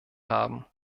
haben